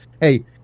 Hey